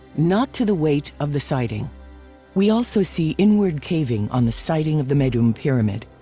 not to the weight of the siding we also see inward caving on the siding of the meidum pyramid.